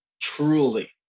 truly